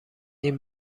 این